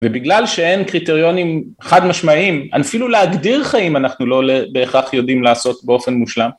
ובגלל שאין קריטריונים חד משמעיים אפילו להגדיר חיים אנחנו לא בהכרח יודעים לעשות באופן מושלם